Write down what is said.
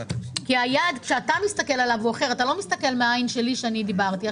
אתה לא מסתכל מהעיניים שלי, אלא אתה אומר: